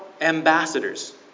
ambassadors